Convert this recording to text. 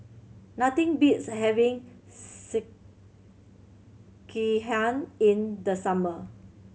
nothing beats having Sekihan in the summer